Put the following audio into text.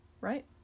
right